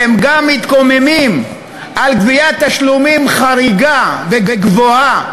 שהם גם מתקוממים על גביית תשלומים חריגה וגבוהה,